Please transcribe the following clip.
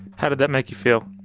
how did that make you feel?